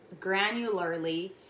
granularly